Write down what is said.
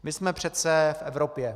My jsme přece v Evropě.